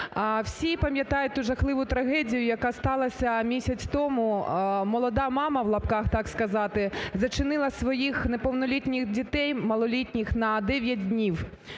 Всі пам'ятають ту жахливу трагедію, яка сталася місяць тому. "Молода мама" – в лапках, так сказати – зачинила своїх неповнолітніх дітей, малолітніх на 9 днів.